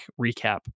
recap